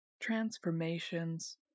transformations